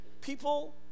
people